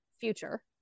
future